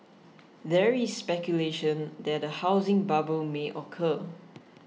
there is speculation that a housing bubble may occur